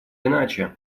иначе